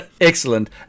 Excellent